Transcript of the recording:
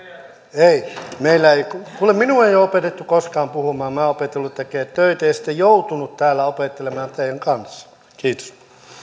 ei meillä ei kuule minua ei ole opetettu koskaan puhumaan minä olen opetellut tekemään töitä ja sitten joutunut täällä opettelemaan teidän kanssanne kiitos